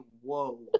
whoa